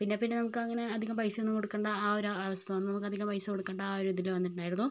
പിന്നെ പിന്നെ നമുക്ക് അങ്ങനെ അധികം പൈസ ഒന്നും കൊടുക്കണ്ട ആ ഒരു അവസ്ഥ വന്നു നമുക്ക് അധികം പൈസ കൊടുക്കണ്ട ആ ഒരു ഇതിൽ വന്നിട്ടുണ്ടായിരുന്നു